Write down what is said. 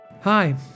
Hi